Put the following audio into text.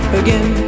again